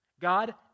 God